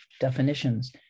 definitions